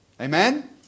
Amen